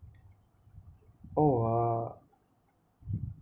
oh uh